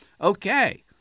Okay